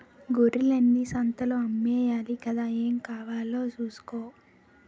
గొర్రెల్ని సంతలో అమ్మేయాలి గదా ఏం కావాలో సూసుకో